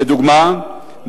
לדוגמה,